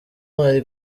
ari